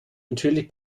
natürlich